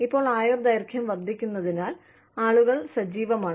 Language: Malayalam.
ഇപ്പോൾ ആയുർദൈർഘ്യം വർദ്ധിക്കുന്നതിനാൽ ആളുകൾ സജീവമാണ്